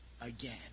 again